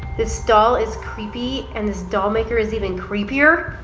this doll is creepy, and this doll maker is even creepier?